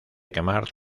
quemar